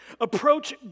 approach